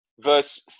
verse